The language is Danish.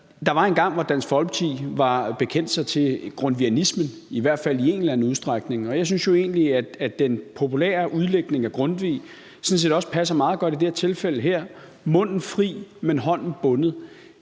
Der var engang, hvor Dansk Folkeparti bekendte sig til grundtvigianisme, i hvert fald i en eller anden udstrækning, og jeg synes egentlig, at den populære udlægning af Grundtvig sådan set også passer meget godt i det her tilfælde: Munden fri, men hånden bundet.